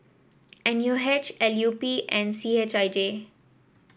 N U H L U P and C H I J